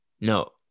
no